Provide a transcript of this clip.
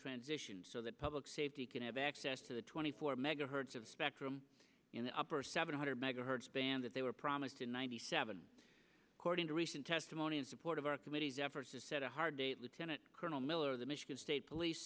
transition so that public safety can have access to the twenty four megahertz of spectrum in the upper seven hundred megahertz band that they were promised in ninety seven according to recent testimony in support of our committee's efforts to set a hard date lieutenant colonel miller the michigan state police